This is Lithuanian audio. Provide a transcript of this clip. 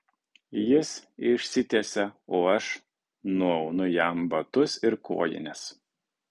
jis išsitiesia o aš nuaunu jam batus ir kojines